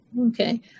Okay